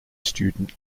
student